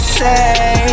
say